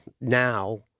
Now